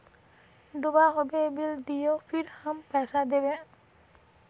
दूबा होबे बिल दियो फिर हम पैसा देबे?